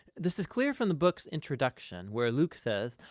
this is clear from the book's introduction, where luke says,